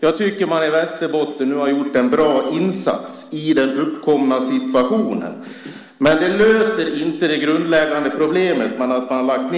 Jag tycker att man har gjort en bra insats i Västerbotten i den uppkomna situationen, men det löser inte det grundläggande problemet med att man lägger